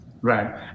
Right